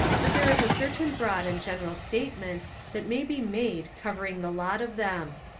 but there is a certain broad and general statement that may be made covering the lot of them.